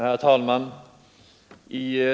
Herr talman!